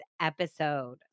episode